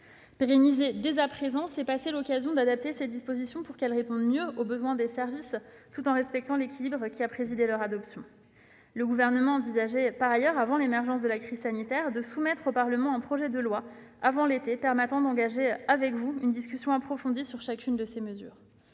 pérenniser dès à présent ces dispositions serait passer l'occasion de les adapter pour qu'elles répondent au mieux aux besoins des services, tout en respectant l'équilibre qui a présidé à leur adoption. Le Gouvernement envisageait par ailleurs, avant l'émergence de la crise sanitaire, de soumettre au Parlement avant l'été un projet de loi permettant d'engager avec vous une discussion approfondie sur chacune de ces mesures.